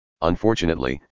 Unfortunately